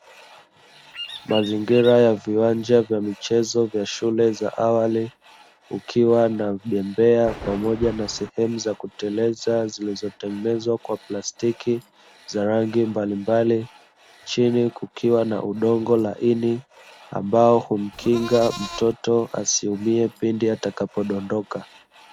Mazingira ya viwanja vya michezo vya shule za awali, kukiwa na bembea pamoja na sehemu za kuteleza zilizotengenezwa kwa plastiki za rangi mbalimbali. Chini kukiwa na udongo laini, ambao humkinga mtoto asiumie pindi atakapodondoka.